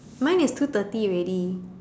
mine is two thirty already